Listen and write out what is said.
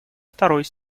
второй